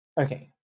Okay